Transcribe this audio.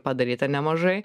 padaryta nemažai